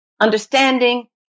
understanding